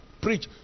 preach